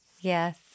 Yes